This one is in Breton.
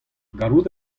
gallout